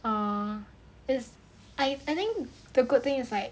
err is I I think the good thing is like